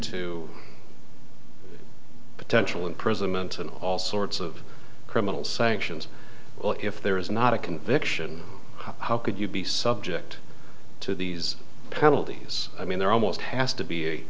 to potential imprisonment and all sorts of criminal sanctions if there is not a conviction how could you be subject to these penalties i mean there almost has to be a